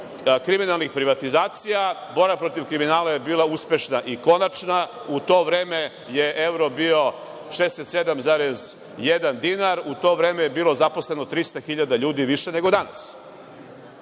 kriminalnih privatizacija. Borba protiv kriminala je bila uspešna i konačna. U to vreme je evro bio 67,1 dinar, u to vreme je bilo zaposlenih 300 hiljada ljudi više nego danas.